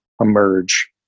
emerge